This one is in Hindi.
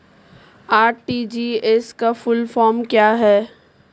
आर.टी.जी.एस का फुल फॉर्म क्या है?